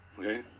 Okay